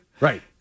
Right